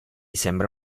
sembra